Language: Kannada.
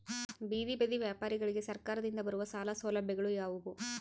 ಬೇದಿ ಬದಿ ವ್ಯಾಪಾರಗಳಿಗೆ ಸರಕಾರದಿಂದ ಬರುವ ಸಾಲ ಸೌಲಭ್ಯಗಳು ಯಾವುವು?